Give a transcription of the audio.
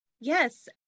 Yes